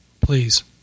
please